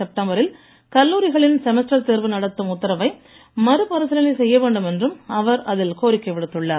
செப்டம்பரில் கல்லூரிகளின் செமஸ்டர் தேர்வு நடத்தும் உத்தரவை மறுபரிசீலனை செய்யவேண்டும் என்றும் அவர் அதில் கோரிக்கை விடுத்துள்ளார்